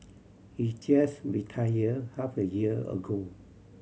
he just retired half a year ago